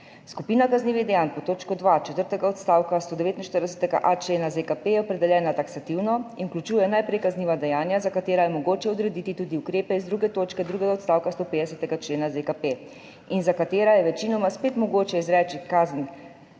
Skupina kaznivih dejanj pod točko 2 četrtega odstavka 149.a člena ZKP je opredeljena taksativno in vključuje najprej kazniva dejanja, za katera je mogoče odrediti tudi ukrepe iz 2. točke drugega odstavka 150. člena ZKP in za katera je večinoma spet mogoče izreči kazen